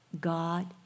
God